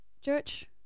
church